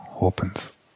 opens